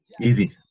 Easy